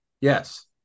Yes